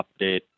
update